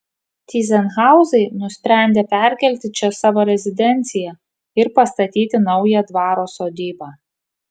tyzenhauzai nusprendė perkelti čia savo rezidenciją ir pastatyti naują dvaro sodybą